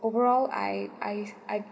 overall I I